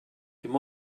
dim